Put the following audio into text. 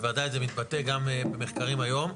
בוודאי, זה מתבטא גם במחקרים היום.